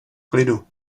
klidu